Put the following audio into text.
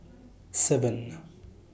seven